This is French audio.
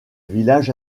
village